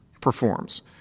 performs